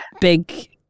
big